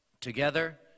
together